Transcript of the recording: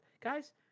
guys